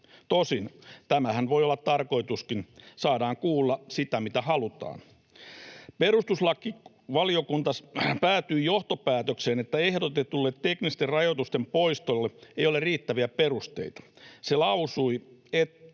Tosin tämähän voi olla tarkoituskin — saadaan kuulla sitä, mitä halutaan. Perustuslakivaliokunta päätyi johtopäätökseen, että ehdotetulle teknisten rajoitusten poistolle ei ole riittäviä perusteita. Se lausui: